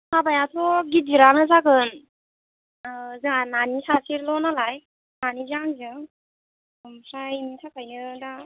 हाबायाथ' गिदिरानो जागोन जोंहा नानि सासेल' नालाय नानिजों आंजों ओमफ्राय बिनि थाखायनो दा